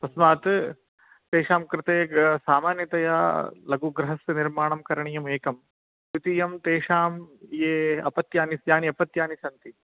तस्मात् तेषां कृते सामान्यतया लघुगृहस्य निर्माणं करणीयम् एकं द्वितीयं तेषां ये अपत्यानि यानि अपत्यानि सन्ति